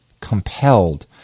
compelled